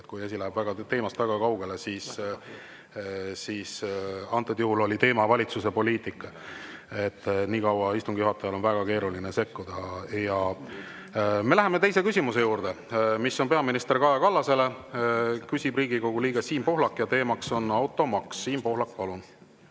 Kui asi läheb teemast väga kaugele, siis [sekkun]. Antud juhul oli teema valitsuse poliitika. Niikaua on istungi juhatajal väga keeruline sekkuda … Me läheme teise küsimuse juurde, mis on peaminister Kaja Kallasele, küsib Riigikogu liige Siim Pohlak ja teema on automaks. Siim Pohlak, palun!